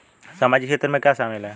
सामाजिक क्षेत्र में क्या शामिल है?